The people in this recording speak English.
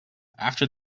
after